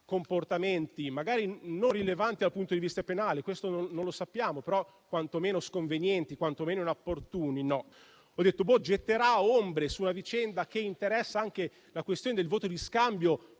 comportamenti, magari non rilevanti dal punto di vista penale, questo non lo sappiamo, ma quantomeno sconvenienti, quantomeno inopportuni; invece no. Mi sono allora detto: getterà ombre su una vicenda che interessa anche la questione del voto di scambio